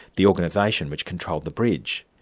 the organisation which controlled the bridge.